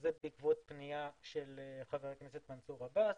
זה בעקבות פנייה של חבר הכנסת מנצור עבאס